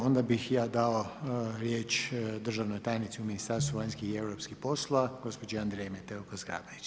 Onda bih ja dao riječ državnoj tajnici u Ministarstvu vanjskih i europskih poslova gospođi Andreji Metelko-Zgombić.